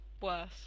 worse